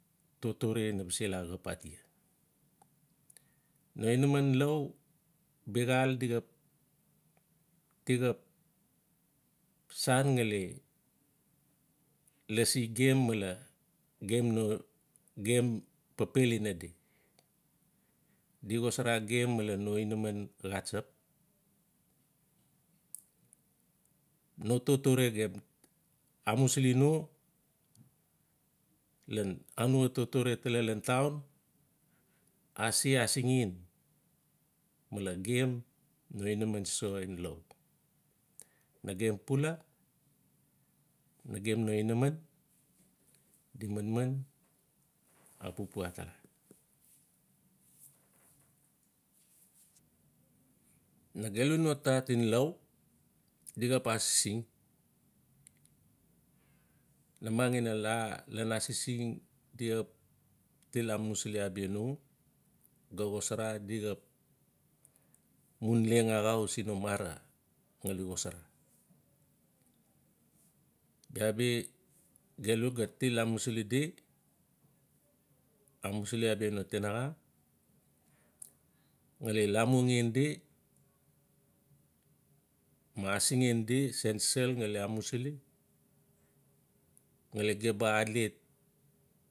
Totore na ba se la xap atia. No inaman iau biaxaal di xap-di xap sang ngali lasi gem malen gem no. gem papel ina di. Di xosara gem male no inaman xatsap. No totore gem amusili no ian anua totore ian town ase asingen male gem no inaman so ngeniau. Nagem pula. nagem no inaman di manman a paua atatla. nagelu no. tat en iau di xap asising. Namang ina li asising tia di xap til amusiliabia no, ga xisara di ga xap mun leng axau siin no mara ngali xosara. Bia bi gelu ga til amusili di. amusili abia no tinaxa ngali lamuan di ma asingen di siin sel ngali amusili ngali gem ba alet.